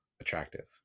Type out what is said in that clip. attractive